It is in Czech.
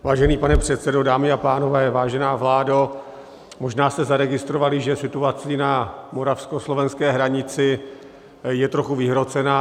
Vážený pane předsedo, dámy a pánové, vážená vládo, možná jste zaregistrovali, že situace na moravskoslovenské hranici je trochu vyhrocená.